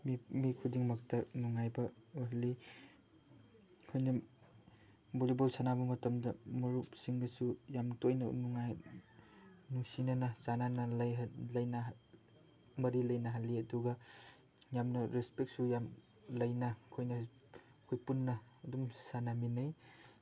ꯃꯤ ꯈꯨꯗꯤꯡꯃꯛꯇ ꯅꯨꯡꯉꯥꯏꯕ ꯑꯣꯏꯍꯜꯂꯤ ꯑꯩꯈꯣꯏꯅ ꯚꯣꯂꯤꯕꯣꯜ ꯁꯥꯟꯅꯕ ꯃꯇꯝꯗ ꯃꯔꯨꯞꯁꯤꯡꯒꯁꯨ ꯌꯥꯝ ꯇꯣꯏꯅ ꯅꯨꯡꯉꯥꯏ ꯅꯨꯡꯁꯤꯅꯅ ꯆꯥꯟꯅꯅ ꯃꯔꯤ ꯂꯩꯅꯍꯜꯂꯤ ꯑꯗꯨꯒ ꯌꯥꯝꯅ ꯔꯦꯁꯄꯦꯛꯁꯨ ꯌꯥꯝ ꯂꯩꯅ ꯑꯩꯈꯣꯏꯅ ꯑꯩꯈꯣꯏ ꯄꯨꯟꯅ ꯑꯗꯨꯝ ꯁꯥꯟꯅꯃꯤꯟꯅꯩ